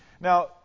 Now